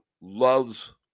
loves